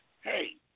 hey